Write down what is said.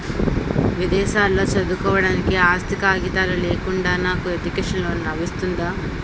విదేశాలలో చదువుకోవడానికి ఆస్తి కాగితాలు లేకుండా నాకు ఎడ్యుకేషన్ లోన్ లబిస్తుందా?